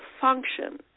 function